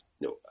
no